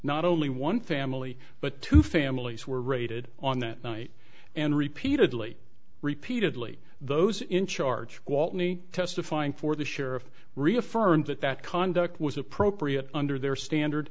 not only one family but two families were raided on that night and repeatedly repeatedly those in charge walt me testifying for the sheriff reaffirmed that that conduct was appropriate under their standard